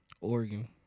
Oregon